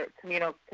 communal